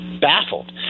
baffled